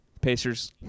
Pacers